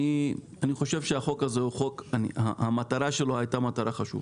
אני חושב שהמטרה של החוק הזה היתה מטרה חשובה.